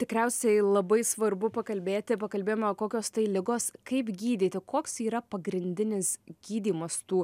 tikriausiai labai svarbu pakalbėti pakalbėjome kokios tai ligos kaip gydyti koks yra pagrindinis gydymas tų